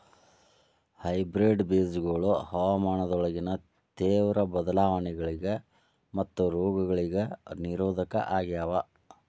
hybrid ಬೇಜಗೊಳ ಹವಾಮಾನದಾಗಿನ ತೇವ್ರ ಬದಲಾವಣೆಗಳಿಗ ಮತ್ತು ರೋಗಗಳಿಗ ನಿರೋಧಕ ಆಗ್ಯಾವ